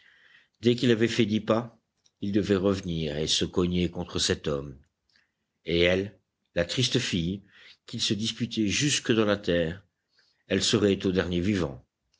dès qu'il avait fait dix pas il devait revenir et se cogner contre cet homme et elle la triste fille qu'ils se disputaient jusque dans la terre elle serait au dernier vivant